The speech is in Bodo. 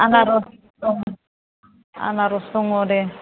आनार'स दं आनार'स दङ' दे